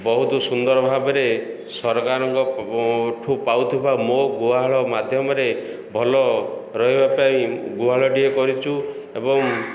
ବହୁତ ସୁନ୍ଦର ଭାବରେ ସରକାରଙ୍କ ଠୁ ପାଉଥିବା ମୋ ଗୁହାଳ ମାଧ୍ୟମରେ ଭଲ ରହିବା ପାଇଁ ଗୁହାଳଟିଏ କରିଛୁ ଏବଂ